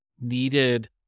needed